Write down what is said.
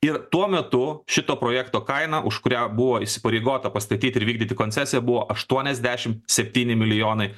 ir tuo metu šito projekto kaina už kurią buvo įsipareigota pastatyti ir vykdyti koncesiją buvo aštuoniasdešim septyni milijonai